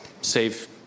save